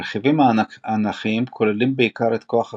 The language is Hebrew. הרכיבים האנכיים כוללים בעיקר את כוח הכבידה,